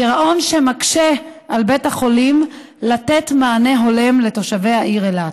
גירעון שמקשה על בית החולים לתת מענה הולם לתושבי העיר אילת.